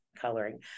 coloring